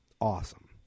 awesome